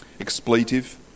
expletive